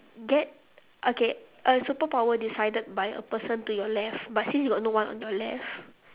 get okay a superpower decided by a person to your left but since you got no one on your left